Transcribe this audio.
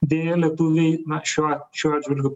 deja lietuviai šiuo šiuo atžvilgiu